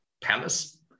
palace